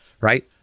right